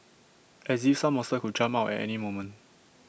as if some monster could jump out at any moment